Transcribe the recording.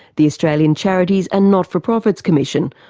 the australian charities and not-for-profits commission,